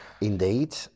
Indeed